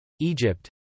Egypt